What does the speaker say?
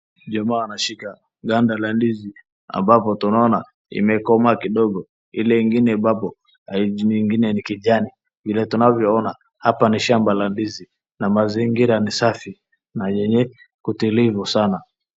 Jamaa anashika ganda la ndizi ambapo tunaoana imekomaa kidogo ile ingine ambapo ni ingine ni kijani vile tunavyoona. Hapa ni shamba la ndizi na mazingira ni safi na yenye utulivu sana.